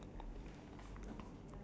eighteen and twenty one is